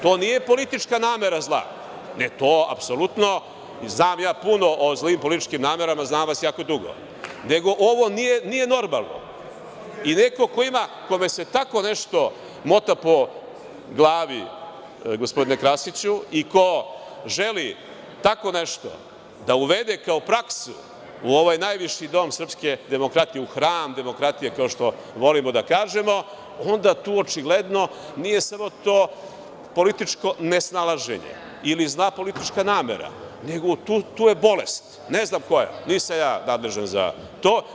To nije politička namera zla, to apsolutno, znam ja puno o zlim političkim namerama, znam vas jako dugo, nego ovo nije normalno i neko kome se tako nešto mota po glavi, gospodine Krasiću, i ko želi tako nešto da uvede kao praksu, u ovaj najviši dom srpske demokratije u hram demokratije, kao što volimo da kažemo, onda tu očigledno nije samo to političko nesnalaženje ili zla politička namera, nego tu je bolest, ne znam koja, nisam ja nadležan za to.